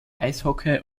eishockey